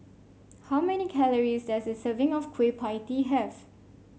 how many calories does a serving of Kueh Pie Tee have